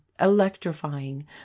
electrifying